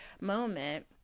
moment